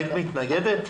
היית מתנגדת?